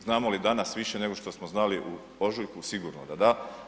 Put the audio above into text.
Znamo li danas više nego što smo znali u ožujku, sigurno da da.